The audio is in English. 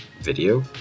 video